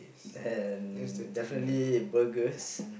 and definitely burgers